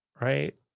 right